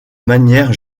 manière